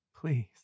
Please